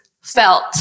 felt